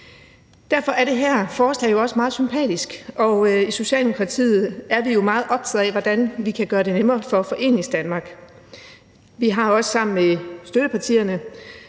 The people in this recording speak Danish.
Derfor er det her forslag jo også meget sympatisk, og i Socialdemokratiet er vi meget optaget af, hvordan vi kan gøre det nemmere for Foreningsdanmark. Vi har også sammen med støttepartierne